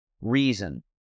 reason